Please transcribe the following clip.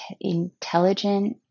intelligent